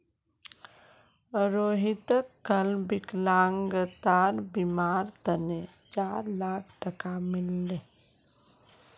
रोहितक कल विकलांगतार बीमार तने चार लाख टका मिल ले